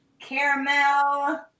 caramel